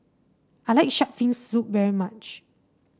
I like shark fin soup very much